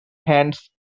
hands